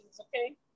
okay